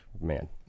Man